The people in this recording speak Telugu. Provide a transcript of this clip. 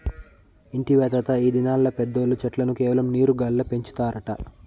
ఇంటివా తాతా, ఈ దినాల్ల పెద్దోల్లు చెట్లను కేవలం నీరు గాల్ల పెంచుతారట